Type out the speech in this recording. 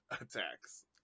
attacks